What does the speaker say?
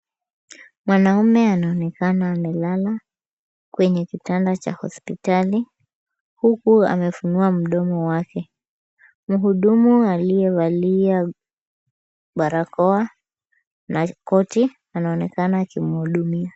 Mwanaume anaonekana amelala kwenye kitanda cha hospitali huku amefunua mdomo wake. Mhudumu aliyevalia barakoa na koti anaonekana akimhudumia.